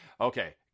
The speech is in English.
Okay